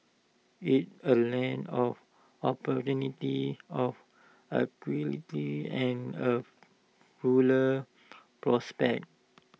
it's A land of opportunity of equality and of fuller prospects